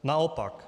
Naopak.